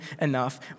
enough